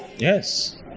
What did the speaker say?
Yes